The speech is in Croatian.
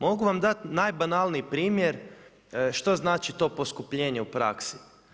Mogu vam dati najbanalniji primjer što znači to poskupljenje u praksi.